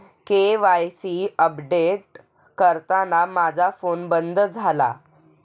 KYC update करताना माझा phone बंद झाला